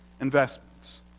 investments